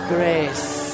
Grace